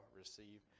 receive